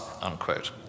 unquote